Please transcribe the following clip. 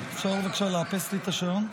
אפשר בבקשה לאפס לי את השעון?